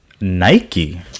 Nike